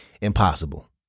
impossible